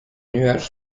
nuage